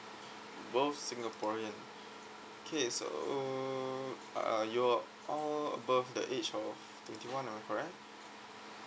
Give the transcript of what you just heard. both singaporean okay so uh you're all above the age of twenty one am I correct